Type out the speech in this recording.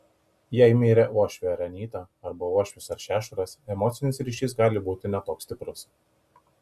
jei mirė uošvė ar anyta arba uošvis ar šešuras emocinis ryšys gali būti ne toks stiprus